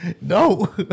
No